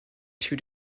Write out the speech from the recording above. too